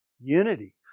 Unity